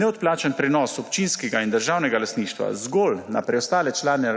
Neodplačan prenos občinskega in državnega lastništva zgolj na preostale člane